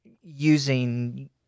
using